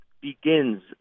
begins